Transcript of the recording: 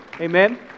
Amen